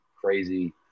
crazy